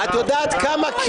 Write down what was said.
את זוכרת את האמירה של אובמה?